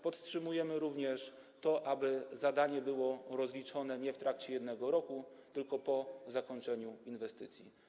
Podtrzymujemy również to, aby zadanie było rozliczone nie w trakcie jednego roku, tylko po zakończeniu inwestycji.